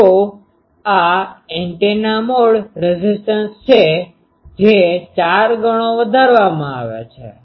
તો આ antenna mode resistance છે જે ચાર ગણો વધારવામાં આવે છે